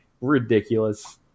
ridiculous